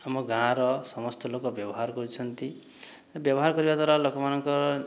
ଆମ ଗାଁ ର ସମସ୍ତ ଲୋକ ବ୍ୟବହାର କରୁଛନ୍ତି ବ୍ୟବହାର କରିବା ଦ୍ଵାରା ଲୋକମାନଙ୍କର